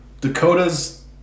Dakota's